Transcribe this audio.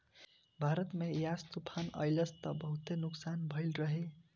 भारत में यास तूफ़ान अइलस त बहुते नुकसान भइल रहे